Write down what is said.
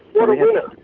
what a winner.